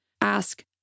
Ask